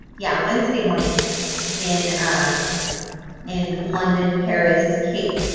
yeah, wednesday morning in ah in london, paris cape.